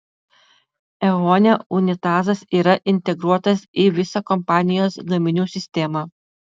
eone unitazas yra integruotas į visą kompanijos gaminių sistemą